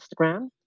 instagram